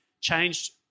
changed